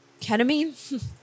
Ketamine